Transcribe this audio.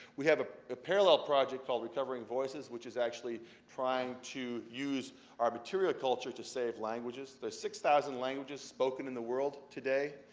we have a ah parallel project called recovering voices, which is actually trying to use our material culture to save languages. there's six thousand languages spoken in the world today.